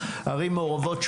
ערים מעורבות,